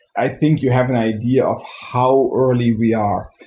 i think you have an idea of how early we are.